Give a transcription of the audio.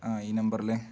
ആ ഈ നമ്പറിൽ